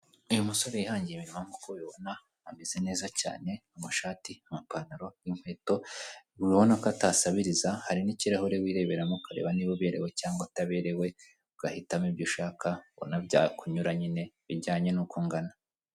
Uyu musore yihangiye imirimo nk'uko ubibona, ameze neza cyane. Amashati, amapantaro n'inkweto urabona ko atasabiriza. Hari n'ikirahure wireberamo ukareba niba uberewe cyangwa ataberewe, ugahitamo ibyo ushaka ubona byakunyura nyine bijyanye n'uko ungana.